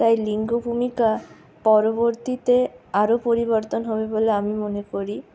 তাই লিঙ্গ ভূমিকা পরবর্তীতে আরো পরিবর্তন হবে বলে আমি মনে করি